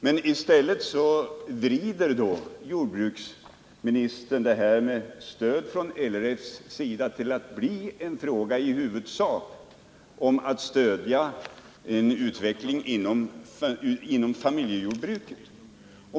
Men jordbruksministern vrider i stället detta med stöd från LRF:s sida till att i huvudsak bli en fråga om att stödja en utveckling inom familjejordbruket.